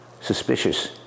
suspicious